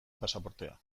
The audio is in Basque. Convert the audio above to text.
pasaportea